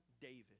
David